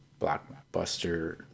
blockbuster